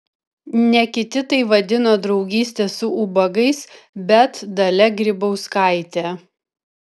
ne kiti tai vadino draugyste su ubagais bet dalia grybauskaitė